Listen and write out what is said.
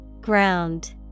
Ground